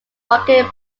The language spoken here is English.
rocket